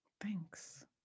Thanks